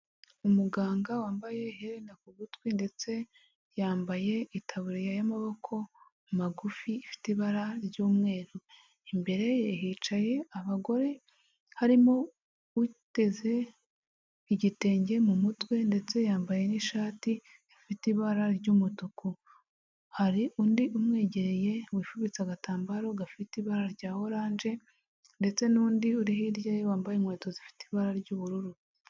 Umuganga wambaye iherena ku gutwi ndetse yambaye itaburiya y'amaboko magufi ifite ibara ry'umweru, imbere ye hicaye abagore harimo uteze igitenge mu mutwe ndetse yambaye n'ishati ifite ibara ry'umutuku, hari undi umwegereye wifubitse agatambaro gafite ibara rya oranje ndetse n'undi uri hirya wambaye inkweto zifite ibara ry'ubururu.